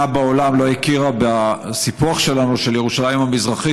בעולם לא הכירה בסיפוח שלנו של ירושלים המזרחית,